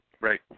Right